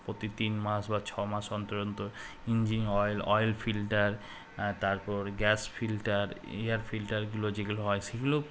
প্রতি তিন মাস বা ছ মাস অন্তরন্ত ইঞ্জিন অয়েল অয়েল ফিল্টার তারপর গ্যাস ফিল্টার এয়ার ফিল্টারগুলো যেগুলো হয় সেগুলো